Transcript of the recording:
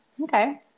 Okay